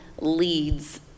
leads